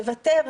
לוותר,